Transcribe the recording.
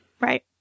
Right